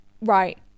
right